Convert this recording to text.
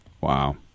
Wow